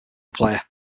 player